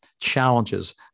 challenges